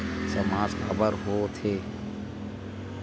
सामाज काबर हो थे?